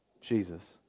jesus